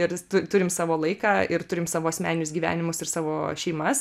ir tu turim savo laiką ir turim savo asmeninius gyvenimus ir savo šeimas